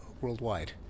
worldwide